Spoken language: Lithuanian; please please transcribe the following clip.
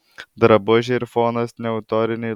drabužiai ir fonas neautoriniai